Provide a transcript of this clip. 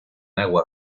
agua